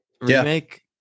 remake